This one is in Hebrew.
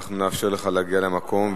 אנחנו נאפשר לך להגיע למקום,